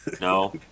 No